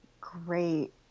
great